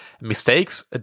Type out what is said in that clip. mistakes